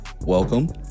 welcome